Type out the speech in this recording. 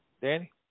Danny